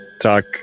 talk